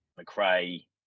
McRae